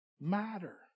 matter